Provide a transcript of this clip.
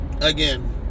again